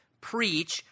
preach